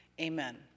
Amen